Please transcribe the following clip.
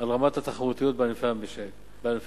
על רמת התחרותיות בענפי המשק,